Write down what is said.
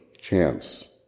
chance